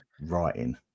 writing